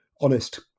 honest